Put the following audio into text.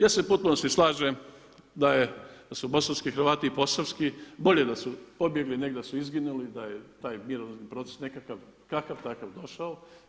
Ja se u potpunosti slažem da su bosanski Hrvati i posavski bolje da su pobjegli, nego da su izginuli, da je taj mirovni proces nekakav kakav-takav došao.